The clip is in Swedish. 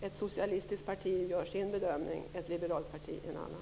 Ett socialistiskt parti gör sin bedömning, ett liberalt parti en annan.